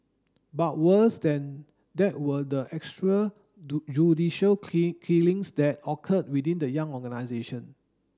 but worse than that were the extra judicial killings that occurred within the young organisation